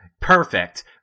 perfect